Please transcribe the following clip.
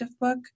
book